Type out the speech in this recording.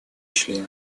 члены